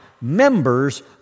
members